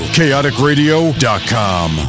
chaoticradio.com